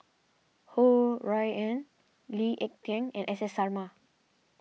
Ho Rui An Lee Ek Tieng and S S Sarma